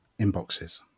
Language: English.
inboxes